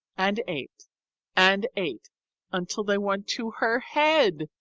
and ate and ate until they went to her head.